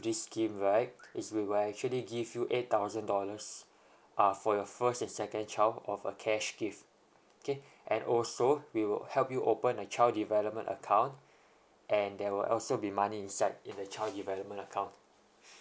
this scheme right is we will actually give you eight thousand dollars uh for your first and second child of a cash gift okay and also we will help you open a child development account and there will also be money inside in the child development account